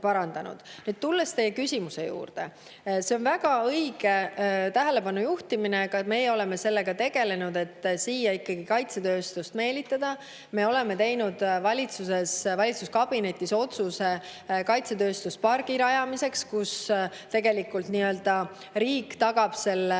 Tulen teie küsimuse juurde. See on väga õige tähelepanu juhtimine, aga me oleme sellega tegelenud, et siia ikkagi kaitsetööstust meelitada. Me oleme teinud valitsuses, valitsuskabinetis otsuse kaitsetööstuspargi rajamiseks, kus tegelikult riik tagab